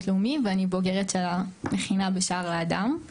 לאומי ואני בוגרת של המכינה בשער לאדם,